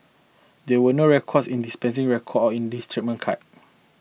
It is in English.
there were no records in the dispensing record or in this treatment card